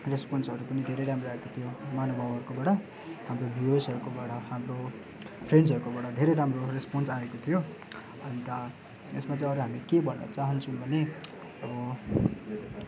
रेस्पन्सहरू पनि धेरै राम्रो आएको थियो महानुभावहरूकोबाट हाम्रो भ्युवर्सहरूकोबाट हाम्रो फ्रेन्डसहरूकोबाट धेरै राम्रो रेस्पन्स आएको थियो अन्त यसमा चाहिँ अरू हामी के भन्न चाहन्छौँ भने अब